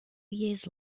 years